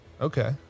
okay